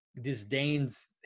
disdains